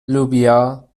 لوبیا